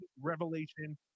revelation